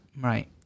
right